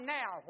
now